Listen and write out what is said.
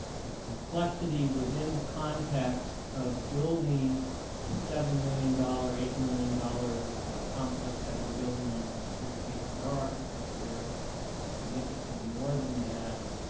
the complexity within the context of building a seven million dollar, eight million dollar complex that we're building and in this case with our architects here significantly more than that.